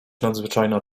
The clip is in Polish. nadzwyczajna